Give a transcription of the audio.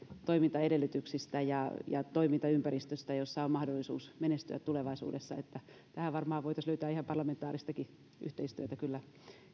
toimintaedellytyksistä ja toimintaympäristöstä jossa on mahdollisuus menestyä tulevaisuudessa tähän varmaan voitaisiin löytää kyllä ihan parlamentaaristakin yhteistyötä kyllä